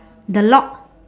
the lock